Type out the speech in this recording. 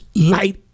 light